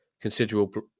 considerable